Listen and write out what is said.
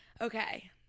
Okay